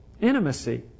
intimacy